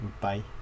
Bye